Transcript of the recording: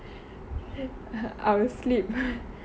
I will sleep